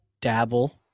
dabble